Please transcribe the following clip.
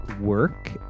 work